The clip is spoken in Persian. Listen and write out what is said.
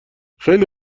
خیلی